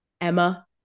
Emma